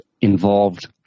involved